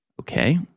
okay